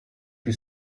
più